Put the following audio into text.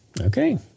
Okay